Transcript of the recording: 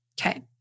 Okay